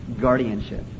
Guardianship